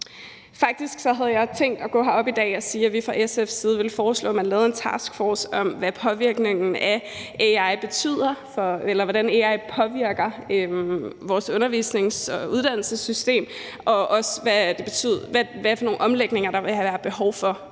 Faktisk havde jeg tænkt at gå herop på talerstolen i dag og sige, at vi fra SF's side ville foreslå, at man lavede en taskforce om, hvordan AI påvirker vores undervisnings- og uddannelsessystem, og hvilke omlægninger der vil være behov for,